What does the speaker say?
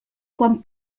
quan